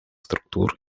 структур